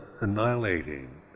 annihilating